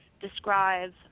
Describe